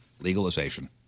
legalization